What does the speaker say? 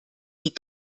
die